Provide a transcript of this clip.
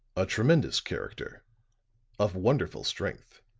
a tremendous character of wonderful strength.